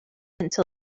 until